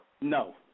No